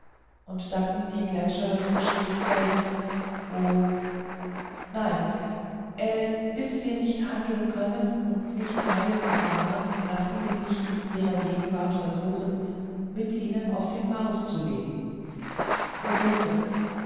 und dann die gletscher zwischen den felsen wo nein ell bis wir nicht handeln können und nichts neues erfahren lassen sie mich in ihrer gegenwart versuchen mit ihnen auf dem mars zu leben versuchen